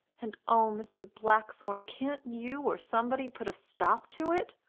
and oh, mr. blackthorne, can't you or somebody put a stop to it,